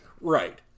Right